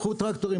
קחו טרקטורים,